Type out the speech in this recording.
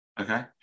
Okay